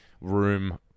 room